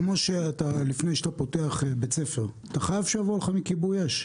כמו שלפני שאתה פותח בית ספר אתה חייב שיבואו אליך מכיבוי אש,